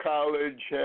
College